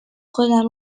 خودم